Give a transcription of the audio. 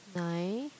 nine